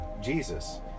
Jesus